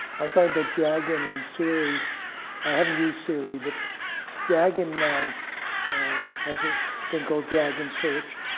i find that dragon and siri i haven't used siri, but dragon now has a thing called dragonsearch.